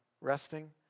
resting